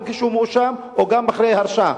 גם כשהוא מואשם וגם אחרי הרשעה.